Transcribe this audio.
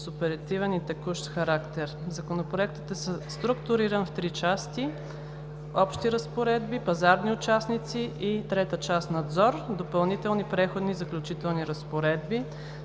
с оперативен и текущ характер. Законопроектът е структуриран в три части: „Общи разпоредби“, „Пазарни участници“ и част трета „Надзор“, Допълнителни и Преходни и заключителни разпоредби.